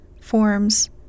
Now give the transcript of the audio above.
forms